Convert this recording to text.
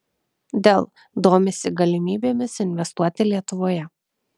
dell domisi galimybėmis investuoti lietuvoje